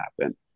happen